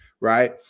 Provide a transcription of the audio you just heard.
right